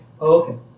Okay